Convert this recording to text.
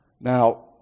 Now